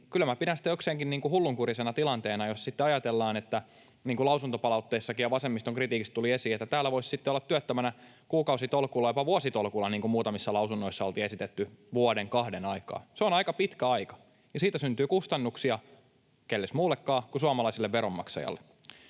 pidän sitä jokseenkin hullunkurisena tilanteena, jos sitten ajatellaan, niin kuin lausuntopalautteesta ja vasemmiston kritiikistä tuli esiin, että täällä voisi sitten olla työttömänä kuukausitolkulla ja jopa vuositolkulla, niin kuin muutamissa lausunnoissa oltiin esitetty vuoden kahden aikaa. Se on aika pitkä aika, ja siitä syntyy kustannuksia, kenelle muullekaan kuin suomalaiselle veronmaksajalle.